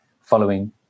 following